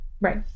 Right